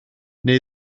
neu